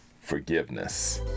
Forgiveness